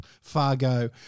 Fargo